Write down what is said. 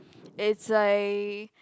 is a